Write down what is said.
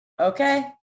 okay